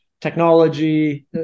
technology